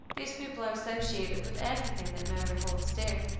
these people are associated with everything that memory holds dear,